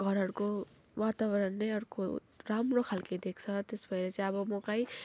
घरहरूको वातावरण नै अर्को राम्रो खालके देख्छ त्यसो भएर चाहिँ अब म कहीँ